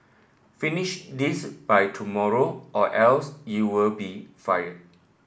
finish this by tomorrow or else you'll be fired